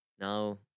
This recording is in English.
Now